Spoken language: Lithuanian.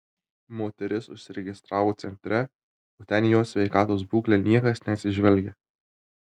moteris užsiregistravo centre o ten į jos sveikatos būklę niekas neatsižvelgia